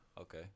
Okay